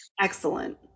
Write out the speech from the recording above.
Excellent